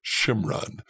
Shimron